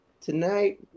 tonight